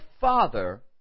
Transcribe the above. Father